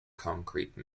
concrete